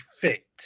fit